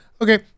okay